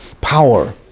power